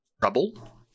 trouble